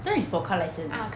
this [one] is for car license